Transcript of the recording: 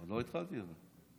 עוד לא התחלתי, אבל.